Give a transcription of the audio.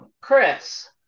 Chris